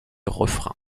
refrain